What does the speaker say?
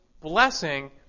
blessing